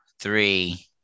three